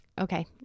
Okay